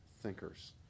thinkers